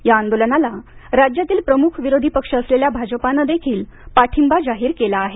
या आंदोलनाला राज्यातील प्रमुख विरोधी पक्ष असलेल्या भाजपानं देखील पाठिंबा जाहीर केला आहे